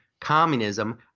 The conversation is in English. communism